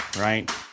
right